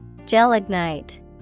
Gelignite